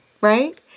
right